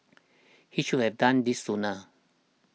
he should have done this sooner